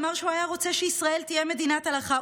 אמר שהוא היה רוצה שישראל תהיה מדינת הלכה.